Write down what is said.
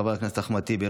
חבר הכנסת אחמד טיבי,